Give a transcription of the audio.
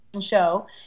show